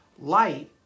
Light